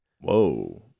whoa